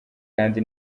kandi